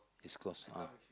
is closed ah